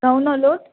ધઉ નો લોટ